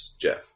Jeff